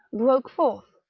broke forth.